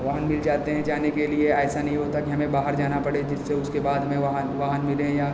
वाहन मिल जाते हैं जाने के लिए ऐसा नहीं होता कि हमें बाहर जाना पड़े जिससे उसके बाद हमें वाहन वाहन मिले या